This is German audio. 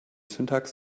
syntax